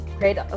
Great